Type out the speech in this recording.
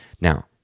Now